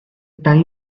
time